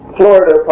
florida